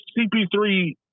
CP3